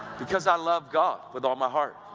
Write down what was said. because i love god with all my heart,